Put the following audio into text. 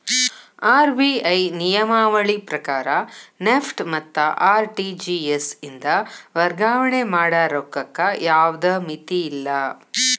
RBI ನಿಯಮಾವಳಿ ಪ್ರಕಾರ NEFT ಮತ್ತ ಆರ್.ಟಿ.ಜಿ.ಎಸ್ ಇಂದ ವರ್ಗಾವಣೆ ಮಾಡ ರೊಕ್ಕಕ್ಕ ಯಾವ್ದ್ ಮಿತಿಯಿಲ್ಲ